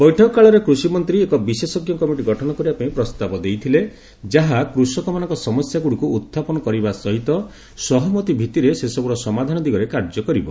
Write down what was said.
ବୈଠକ କାଳରେ କୃଷିମନ୍ତ୍ରୀ ଏକ ବିଶେଷଜ୍ଞ କମିଟି ଗଠନ କରିବା ପାଇଁ ପ୍ରସ୍ତାବ ଦେଇଥିଲେ ଯାହା କୃଷକମାନଙ୍କ ସମସ୍ୟାଗୁଡିକୁ ଉତଥାପନ କରିବା ସହିତ ସହମତି ଭିତିରେ ସେସବୁର ସମାଧାନ ଦିଗରେ କାର୍ଯ୍ୟ କରିବ